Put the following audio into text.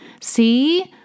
see